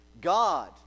God